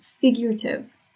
figurative